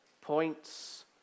points